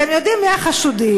אתם יודעים מי החשודים,